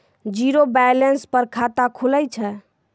Zero balance पर खाता खुले छै?